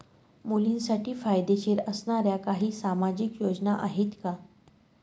मुलींसाठी फायदेशीर असणाऱ्या काही सामाजिक योजना आहेत का?